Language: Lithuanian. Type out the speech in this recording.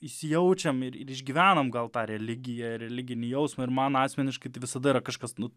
įsijaučiam ir išgyvenam gal tą religiją religinį jausmą ir man asmeniškai visada yra kažkas nu